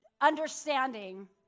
understanding